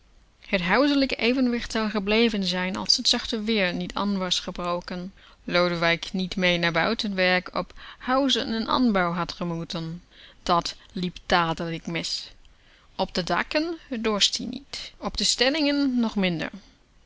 t huiselijk evenwicht zou gebleven zijn als t zachter weer niet aan was gebroken lodewijk niet mee naar buitenwerk op huizen in aanbouw had gemoeten dat liep dadelijk mis op de daken dorst ie niet op de stellingen nog minder